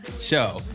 show